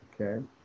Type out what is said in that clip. okay